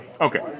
Okay